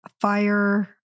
fire